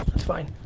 it's fine.